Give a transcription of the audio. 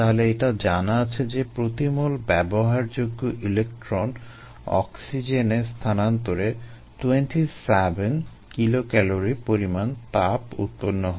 তাহলে এটা জানা আছে যে প্রতি মোল ব্যবহারযোগ্য ইলেক্ট্রন অক্সিজেনে স্থানান্তরে 27 কিলোক্যালরি পরিমাণ তাপ উৎপন্ন হয়